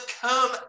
come